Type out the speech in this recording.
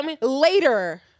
later